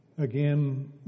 Again